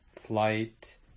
flight